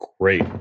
great